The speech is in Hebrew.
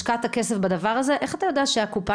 השקעת כסף בדבר הזה - איך אתה יודע שהקופה